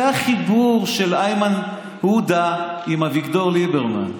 זה החיבור של איימן עודה עם אביגדור ליברמן.